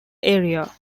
area